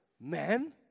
man